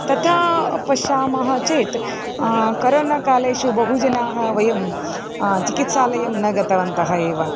तथा पश्यामः चेत् करोना कालेषु बहवः जनाः वयं चिकित्सालयं न गतवन्तः एव